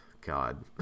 god